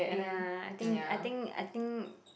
and I think I think I think